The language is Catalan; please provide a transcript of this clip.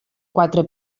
quatre